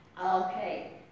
Okay